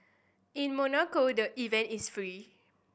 in Monaco the event is free